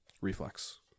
Reflex